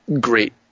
Great